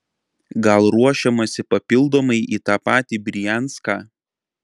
gal ruošiamasi papildomai į tą patį brianską